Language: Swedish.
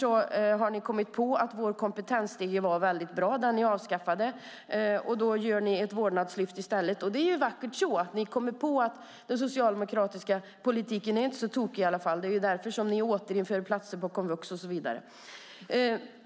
Ni har kommit på att vår kompetensstege var väldigt bra - den ni avskaffade - och då gör ni ett omvårdnadslyft i stället. Det är ju vackert så, att ni har kommit på att den socialdemokratiska politiken inte är så tokig i alla fall. Det är ju därför ni återinför platser på komvux och så vidare.